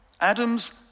Adam's